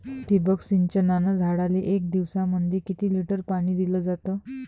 ठिबक सिंचनानं झाडाले एक दिवसामंदी किती लिटर पाणी दिलं जातं?